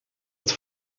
het